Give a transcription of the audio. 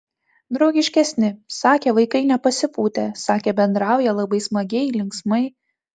draugiškesni sakė vaikai nepasipūtę sakė bendrauja labai smagiai linksmai